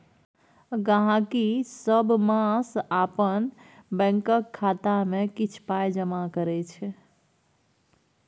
गहिंकी सब मास अपन बैंकक खाता मे किछ पाइ जमा करै छै